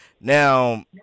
Now